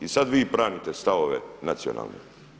I sada vi branite stavove nacionalne.